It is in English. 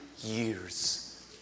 years